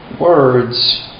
words